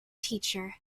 teacher